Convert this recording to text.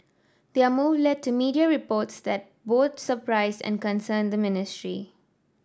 their move led to media reports that both surprised and concerned the ministry